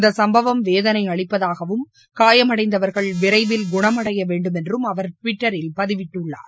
இந்த சம்பவம் வேதனை அளிப்பதாகவும் காயமடைந்தவர்கள் விரைவில் குணமடைய வேண்டும் என்றும் அவர் டுவிட்டரில் பதிவிட்டுள்ளார்